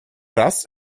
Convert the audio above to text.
раз